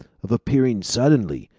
of appearing suddenly,